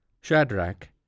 Shadrach